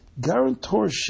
guarantorship